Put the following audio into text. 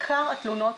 עיקר התלונות